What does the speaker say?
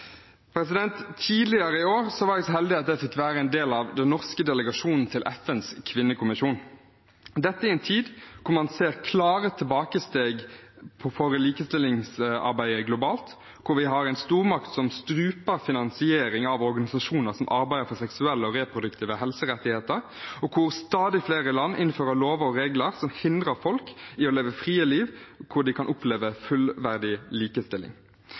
Tidligere i år var jeg så heldig at jeg fikk være en del av den norske delegasjonen til FNs kvinnekommisjon, dette i en tid hvor man ser klare tilbakesteg for likestillingsarbeidet globalt, hvor vi har en stormakt som struper finansiering av organisasjoner som arbeider for seksuelle og reproduktive helserettigheter, og hvor stadig flere land innfører lover og regler som hindrer folk i å leve et fritt liv hvor de kan oppleve fullverdig likestilling.